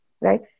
right